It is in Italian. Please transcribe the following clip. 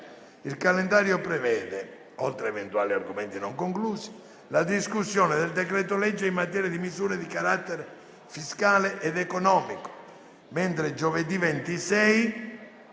lavori prevede, oltre a eventuali argomenti non conclusi, la discussione del decreto-legge in materia di misure di carattere fiscale ed economico. Giovedì 26